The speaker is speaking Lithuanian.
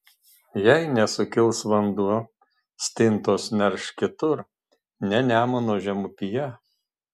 jei nesukils vanduo stintos nerš kitur ne nemuno žemupyje